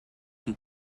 que